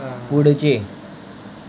पुढचे